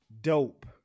Dope